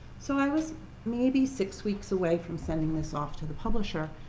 so i was maybe six weeks away from sending this off to the publisher,